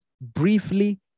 Briefly